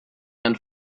and